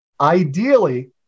Ideally